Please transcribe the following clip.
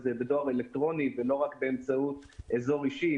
זה בדואר אלקטרוני ולא רק באמצעות אזור אישי,